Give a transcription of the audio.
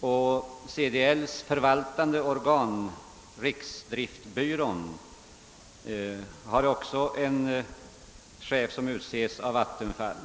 och att CDL:s förvaltande organ, riksdriftbyrån, också har en chef som utses av Vattenfall.